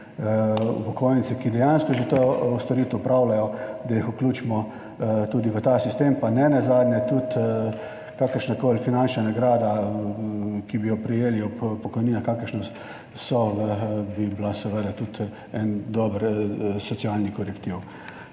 upokojence, ki dejansko že to storitev opravljajo, da jih vključimo tudi v ta sistem, pa nenazadnje tudi kakršnakoli finančna nagrada, ki bi jo prejeli ob pokojninah, kakršne so, bi bila seveda tudi en dober socialni korektiv.